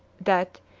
that,